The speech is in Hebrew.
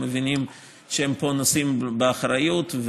הם מבינים שהם נושאים פה באחריות,